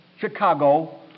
Chicago